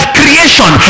creation